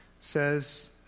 says